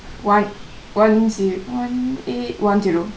one one zero one eight one zero